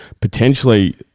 potentially